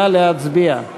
נא להצביע.